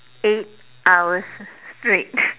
eight hours straight